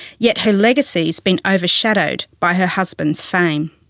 yet her legacy has been overshadowed by her husband's fame.